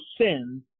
sins